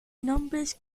nombres